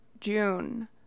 June